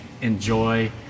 enjoy